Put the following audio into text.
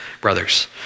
brothers